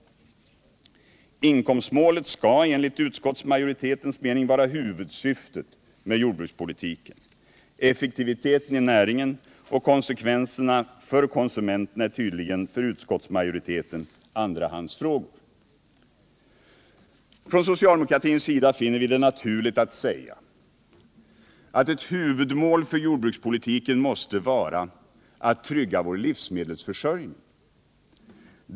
Inkomstmålet skall enligt utskottsmajoritetens mening vara huvudsyftet med jordbrukspolitiken. Effektiviteten i näringen och konsekvenserna för konsumenterna är tydligen för utskottsmajoriteten andrahandsfrågor. Från socialdemokratins sida finner vi det naturligt att säga att ett huvudmål för jordbrukspolitiken måste vara att trygga vår livsmedelsförsörjning.